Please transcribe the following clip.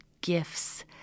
gifts